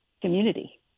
community